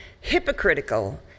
Hypocritical